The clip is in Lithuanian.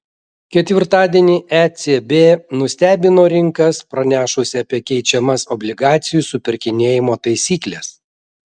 ketvirtadienį ecb nustebino rinkas pranešus apie keičiamas obligacijų supirkinėjimo taisykles